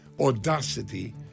audacity